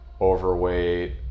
overweight